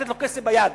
לתת לו כסף ביד,